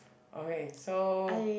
okay so